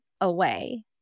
away